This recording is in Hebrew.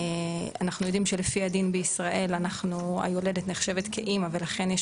אנחנו יודעים שלפי הדין בישראל היולדת נחשבת כאמא ולכן יש